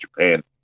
Japan